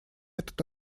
этот